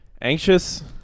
Anxious